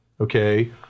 okay